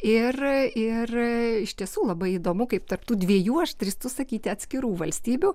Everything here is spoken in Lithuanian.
ir ir iš tiesų labai įdomu kaip tarp tų dviejų aš drįstu sakyti atskirų valstybių